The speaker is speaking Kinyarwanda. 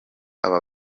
aba